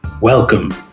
welcome